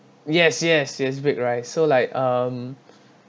yes yes yes baked rice so like um